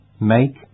Make